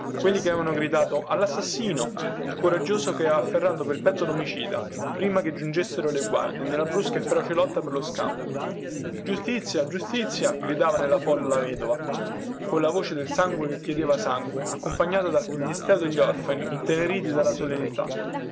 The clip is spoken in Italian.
quelli che avevano gridato allassassino il coraggioso che aveva afferrato pel petto lomicida prima che giungessero le guardie nella brusca e feroce lotta per lo scampo giustizia giustizia gridava nella folla la vedova colla voce del sangue che chiedeva sangue accompagnata dal piagnisteo degli orfani inteneriti dalla solennità